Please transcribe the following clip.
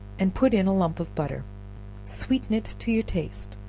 and put in a lump of butter sweeten it to your taste,